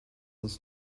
uns